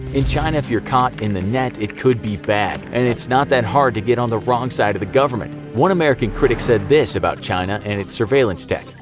in china if you are caught in the net it could be bad, and it's not that hard to get on the wrong side of the government. one american critic said this about china and its surveillance tech,